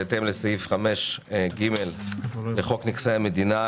בהתאם לסעיף 5ג לחוק נכסי המדינה,